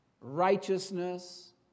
righteousness